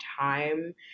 time